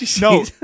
no